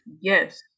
Yes